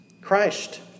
Christ